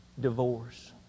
divorce